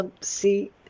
see